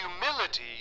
humility